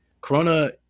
Corona